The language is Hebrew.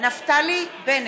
נפתלי בנט,